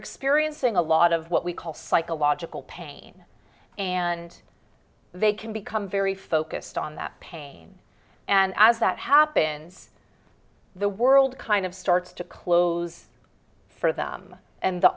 experiencing a lot of what we call psychological pain and they can become very focused on that pain and as that happens the world kind of starts to close for them and the